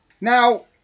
Now